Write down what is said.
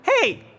hey